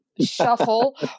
shuffle